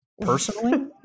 personally